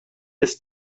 ist